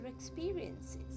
experiences